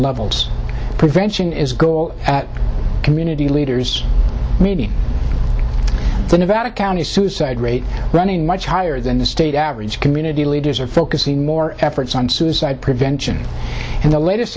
levels prevention is goal at community leaders maybe the nevada county suicide rate running much higher than the state average community leaders are focusing more efforts on suicide prevention and the latest